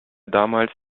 damals